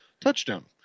touchdown